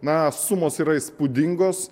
na sumos yra įspūdingos